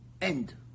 end